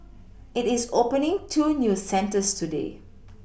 it is opening two new centres today